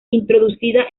introducida